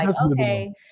Okay